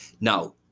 Now